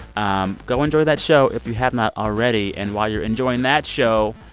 um go enjoy that show if you have not already. and while you're enjoying that show,